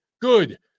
good